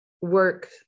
work